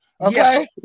okay